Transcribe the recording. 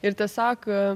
ir tiesiog